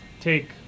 take